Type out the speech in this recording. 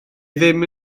ddim